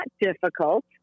difficult